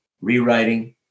rewriting